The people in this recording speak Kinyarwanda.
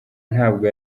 ntabwo